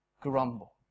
grumble